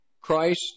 Christ